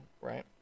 right